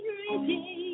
ready